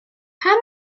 pam